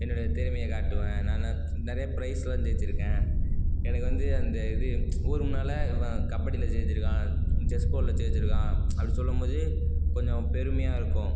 என்னுடைய திறமையை காட்டுவேன் நானா நிறைய ப்ரைஸ்லாம் ஜெயிச்சிருக்கேன் எனக்கு வந்து அந்த இது ஊரு மேலே வ கபடியில் ஜெயிச்சிருக்கேன் ஜெஸ் போர்ட்டில் ஜெயிச்சிருக்கேன் அப்படி சொல்லும் போது கொஞ்சம் பெருமையாக இருக்கும்